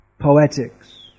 poetics